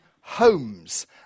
homes